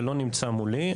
זה לא נמצא מולי.